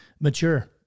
mature